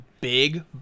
big